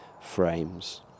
frames